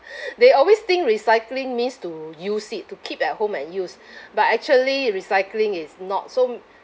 they always think recycling means to use it to keep at home and use but actually recycling is not so